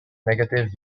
negative